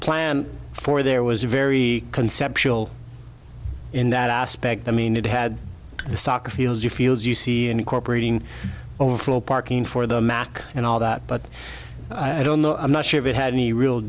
plan for there was a very conceptual in that aspect i mean it had the soccer field your fields you see and incorporating overflow parking for the mac and all that but i don't know i'm not sure if it had any real